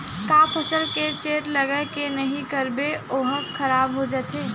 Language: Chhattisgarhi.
का फसल के चेत लगय के नहीं करबे ओहा खराब हो जाथे?